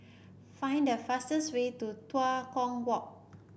find the fastest way to Tua Kong Walk